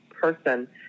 person